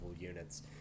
units